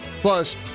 Plus